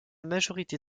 majorité